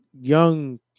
young